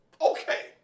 okay